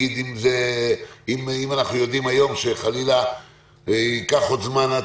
אם אנחנו יודעים היום שחלילה ייקח עוד זמן עד